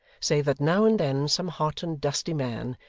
save that, now and then, some hot and dusty man,